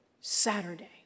Saturday